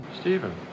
Stephen